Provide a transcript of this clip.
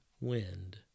Wind